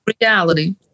reality